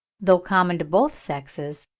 though common to both sexes,